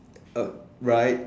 uh right